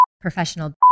professional